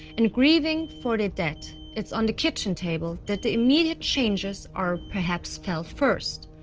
and grieving for the dead, it's on the kitchen table that the immediate changes are perhaps felt first.